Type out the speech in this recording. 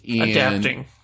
adapting